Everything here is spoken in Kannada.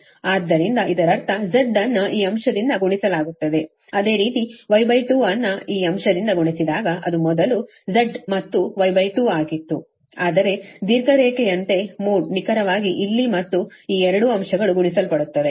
ಆದ್ದರಿಂದ ಇದರರ್ಥ Z ಅನ್ನು ಈ ಅಂಶದಿಂದ ಗುಣಿಸಲಾಗುತ್ತದೆ ಅದೇ ರೀತಿY2ಅನ್ನು ಈ ಅಂಶದಿಂದ ಗುಣಿಸಿದಾಗ ಅದು ಮೊದಲು Z ಮತ್ತು Y2ಆಗಿತ್ತು ಆದರೆ ದೀರ್ಘ ರೇಖೆಯಂತೆ ಮೋಡ್ ನಿಖರವಾಗಿ ಇಲ್ಲಿ ಮತ್ತು ಇಲ್ಲಿ ಈ 2 ಅಂಶಗಳು ಗುಣಿಸಲ್ಪಡುತ್ತವೆ